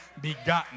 begotten